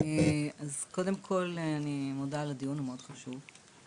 קודם כל אני מודה על הדיון המאוד חשוב.